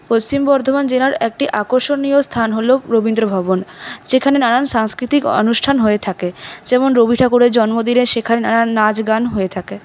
পশ্চিম বর্ধমান জেলার একটি আকর্ষণীয় স্থান হল রবীন্দ্রভবন যেখানে নানান সাংস্কৃতিক অনুষ্ঠান হয়ে থাকে যেমন রবি ঠাকুরের জন্মদিনে সেখানে নানান নাচ গান হয়ে থাকে